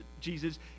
Jesus